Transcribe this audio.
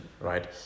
right